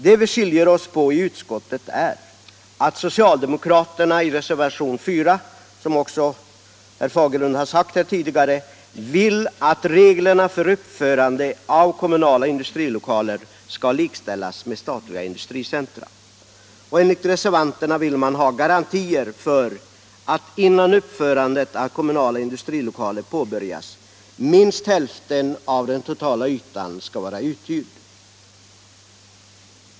Vad som skiljer utskottsledamöterna är att socialdemokraterna i reservationen 4, såsom också herr Fagerlund har sagt här tidigare, vill att reglerna för uppförande av kommunala industrilokaler skall likställas med dem som gäller för statliga industricentra. Reservanterna vill ha garantier för att innan uppförande av kommunala industrilokaler påbörjas minst hälften av den totala ytan skall vara uthyrd.